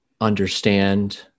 understand